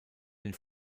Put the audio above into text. den